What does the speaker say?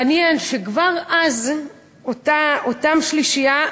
מעניין שכבר אז אותה שלישייה,